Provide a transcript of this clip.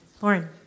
Lauren